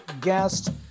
guest